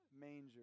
manger